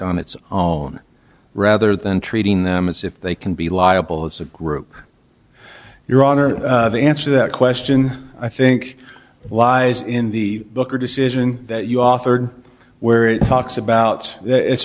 on its own rather than treating them as if they can be liable as a group your honor the answer that question i think lies in the book or decision that you offered where it talks about it